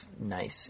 nice